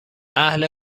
اهل